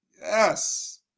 yes